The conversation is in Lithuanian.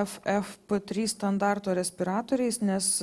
ff trys standarto respiratoriais nes